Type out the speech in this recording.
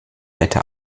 hätte